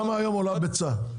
כמה עולה היום ביצה?